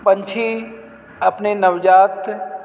ਪੰਛੀ ਆਪਣੇ ਨਵਜਾਤ